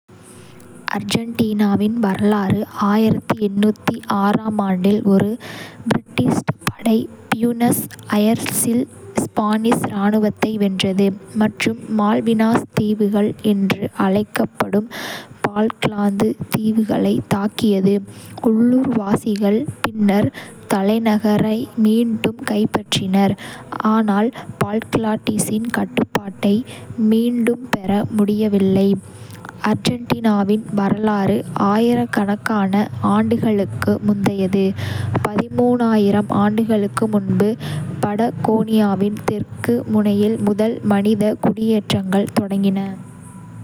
அர்ஜென்டினாவின் வரலாறு ஆம் ஆண்டில், ஒரு பிரிட்டிஷ் படை பியூனஸ் அயர்ஸில் ஸ்பானிஷ் இராணுவத்தை வென்றது மற்றும் மால்வினாஸ் தீவுகள் என்றும் அழைக்கப்படும் பால்க்லாந்து தீவுகளைத் தாக்கியது. உள்ளூர்வாசிகள் பின்னர் தலைநகரை மீண்டும் கைப்பற்றினர், ஆனால் பால்க்லாண்ட்ஸின் கட்டுப்பாட்டை மீண்டும் பெற முடியவில்லை. அர்ஜென்டினாவின் வரலாறு ஆயிரக்கணக்கான ஆண்டுகளுக்கு முந்தையது, ஆண்டுகளுக்கு முன்பு படகோனியாவின் தெற்கு முனையில் முதல் மனித குடியேற்றங்கள் தொடங்கின.